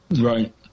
Right